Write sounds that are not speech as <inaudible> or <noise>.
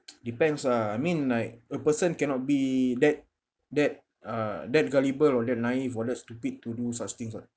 <noise> depends lah I mean like a person cannot be that that uh that gullible or that naive or that stupid to do such things [what]